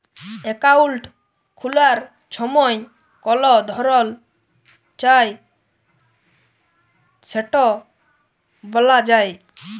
account খুলার ছময় কল ধরল চায় সেট ব্যলা যায়